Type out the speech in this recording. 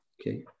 okay